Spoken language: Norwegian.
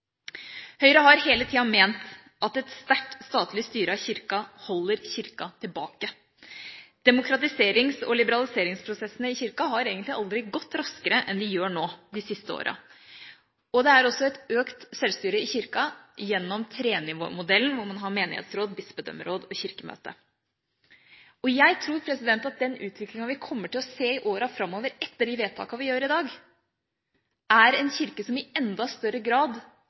Høyre har hele tiden ment at et sterkt statlig styre av Kirka holder Kirka tilbake. Demokratiserings- og liberaliseringsprosessene i Kirka har egentlig aldri gått raskere enn de har gjort nå de siste årene. Det er også et økt sjølstyre i Kirka gjennom trenivåmodellen, hvor man har menighetsråd, bispedømmeråd og kirkemøte. Jeg tror at den utviklinga vi kommer til å se i årene framover etter de vedtakene vi fatter i dag, er en kirke som i enda større grad